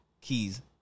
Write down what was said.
keys